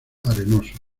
arenosos